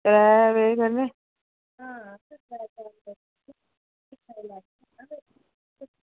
त्रै बजे कन्नै